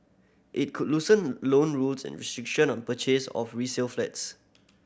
it could loosen loan rules and restriction on purchase of resale flats